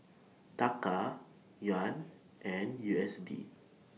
Taka Yuan and U S D